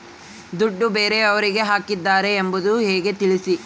ದುಡ್ಡು ಬೇರೆಯವರಿಗೆ ಹಾಕಿದ್ದಾರೆ ಎಂಬುದು ಹೇಗೆ ತಿಳಿಸಿ?